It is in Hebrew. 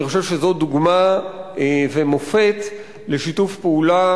אני חושב שזו דוגמה ומופת לשיתוף פעולה